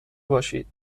باشید